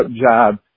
job